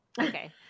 Okay